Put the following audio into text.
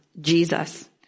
Jesus